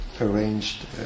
arranged